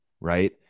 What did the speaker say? right